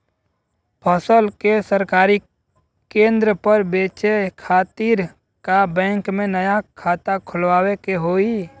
फसल के सरकारी केंद्र पर बेचय खातिर का बैंक में नया खाता खोलवावे के होई?